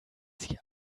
sie